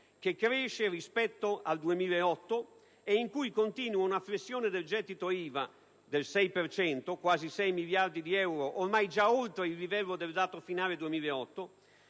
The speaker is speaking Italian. che cresce rispetto al 2008, e in cui continua una flessione del gettito dell'IVA (del 6 per cento, quasi 6 miliardi di euro, ormai già oltre il livello del dato finale 2008),